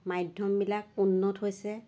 মাধ্যমবিলাক উন্নত হৈছে